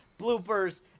bloopers